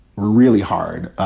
really hard ah